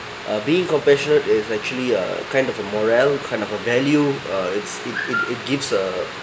uh being compassionate is actually a kind of a morale kind of a value uh it's it it it gives a